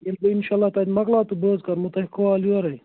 ییٚلہِ بہٕ اِنشاءاللہ تَتہِ مۅکلاو تہٕ بہٕ حظ کَرہو تۄہہِ کال یورے